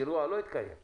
האירוע לא התקיים.